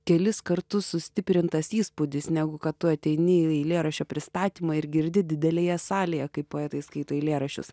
kelis kartus sustiprintas įspūdis negu kad tu ateini į eilėraščio pristatymą ir girdi didelėje salėje kaip poetai skaito eilėraščius